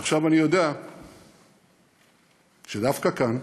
עכשיו, אני יודע שדווקא כאן,